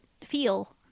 feel